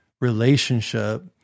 relationship